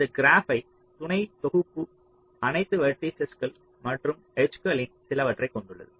அந்த கிராப்பை த்தின் துணைத் தொகுப்பு அனைத்து வெர்ட்டிஸஸ்கள் மற்றும் எட்ஜ்களின் சிலவற்றை கொண்டுள்ளது